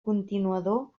continuador